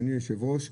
אדוני היושב ראש,